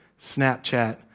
Snapchat